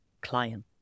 client